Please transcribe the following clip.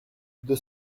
deux